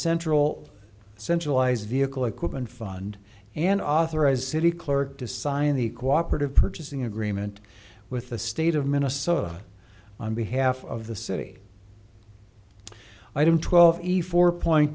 central centralized vehicle equipment fund and authorized city clerk to sign the cooperative purchasing agreement with the state of minnesota on behalf of the city item twelve a four point